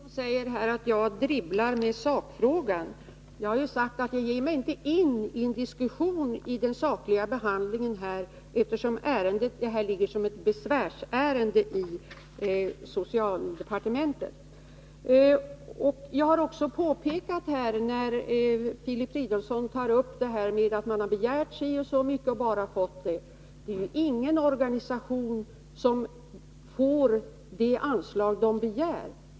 Fru talman! Filip Fridolfsson sade att jag dribblar bort sakfrågan. Jag har ju sagt att jag inte ger mig in i en diskussion om den sakliga behandlingen, eftersom det här är ett besvärsärende i socialdepartementet. Filip Fridolfsson sade att man inte alls fått så mycket som man har begärt. Det är ju ingen organisation som får det anslag den begär.